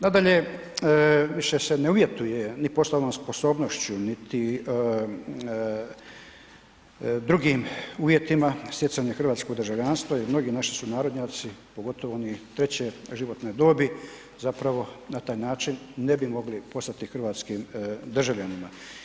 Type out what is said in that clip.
Nadalje, više se ne uvjetuje ni poslovnom sposobnošću niti drugim uvjetima stjecanja hrvatskog državljanstva jer mnogi naši sunarodnjaci pogotovo oni treće životne dobi zapravo na taj način ne bi mogli postati hrvatskim državljanima.